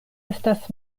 estas